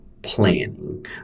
planning